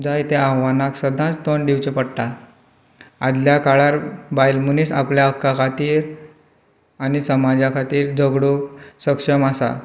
जायत्या आव्हानांक सदांच तोंड दिवचें पडटा आदल्या काळार बायल मनीस आपल्या हक्का खातीर आनी समाजा खातीर झगडूंक सक्षम आसा